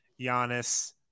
Giannis